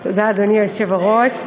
תודה, אדוני היושב-ראש,